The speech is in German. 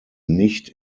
nicht